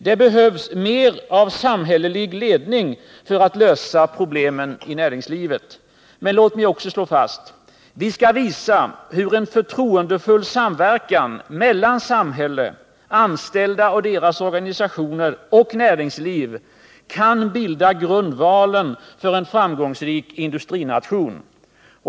Det behövs mer av samhällelig ledning för att lösa problemen i näringslivet. Vi skall visa hur en förtroendefull samverkan mellan samhälle, anställda och deras organisationer och näringsliv kan bilda grundvalen för en framgångsrik industrination.